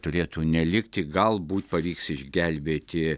turėtų nelikti galbūt pavyks išgelbėti